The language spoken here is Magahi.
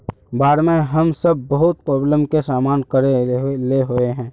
बाढ में हम सब बहुत प्रॉब्लम के सामना करे ले होय है?